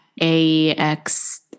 A-X